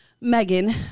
megan